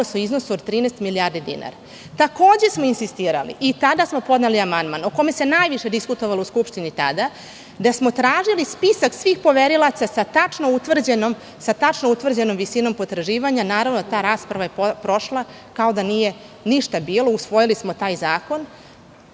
o iznosu od 13 milijardi dinara. Takođe smo insistirali, i kada smo podneli amandman o kojem se najviše diskutovalo u Skupštini tada, da smo tražili spisak svih poverilaca sa tačno utvrđenom visinom potraživanja, naravno ta rasprava je prošla kao da nije ništa bilo. Usvojili smo taj zakon